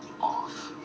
off